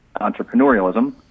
entrepreneurialism